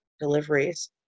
deliveries